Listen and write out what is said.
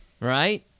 Right